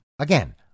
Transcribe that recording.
again